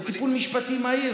וטיפול משפטי מהיר.